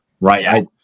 right